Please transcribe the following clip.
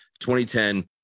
2010